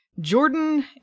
Jordan